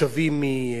באו מערערה,